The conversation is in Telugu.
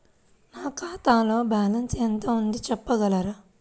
నా ఖాతాలో బ్యాలన్స్ ఎంత ఉంది చెప్పగలరా?